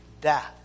death